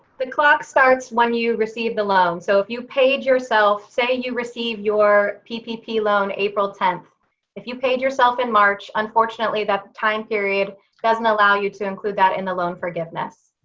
the clock starts when you receive the loan. so if you paid yourself say and you receive your ppp loan april tenth if you paid yourself in march, unfortunately that time period doesn't allow you to include that in the loan forgiveness.